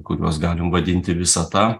kuriuos galim vadinti visata